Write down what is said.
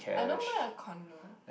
I don't mind a condo